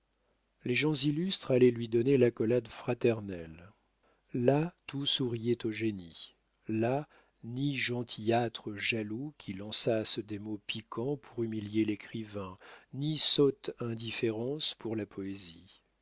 les gens illustres allaient lui donner l'accolade fraternelle là tout souriait au génie là ni gentillâtres jaloux qui lançassent des mots piquants pour humilier l'écrivain ni sotte indifférence pour la poésie